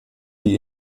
die